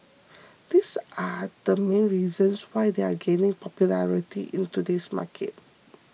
these are the main reasons why they are gaining popularity in today's market